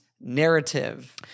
narrative